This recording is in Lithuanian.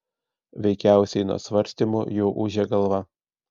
veikiausiai nuo svarstymų jau ūžia galva